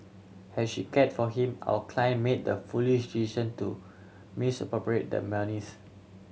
has she cared for him our client made the foolish decision to misappropriate the monies